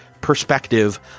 perspective